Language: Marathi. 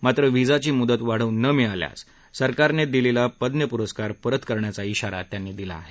मात्र व्हिसाची मुदत वाढवून न मिळाल्यास सरकारने दिलेला पद्म पुरस्कार परत करण्याचा इशारा त्यांनी दिला आहे